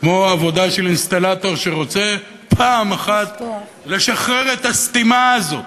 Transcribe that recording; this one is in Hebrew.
כמו עבודה של אינסטלטור שרוצה פעם אחת לשחרר את הסתימה הזאת,